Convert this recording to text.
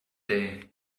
day